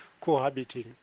cohabiting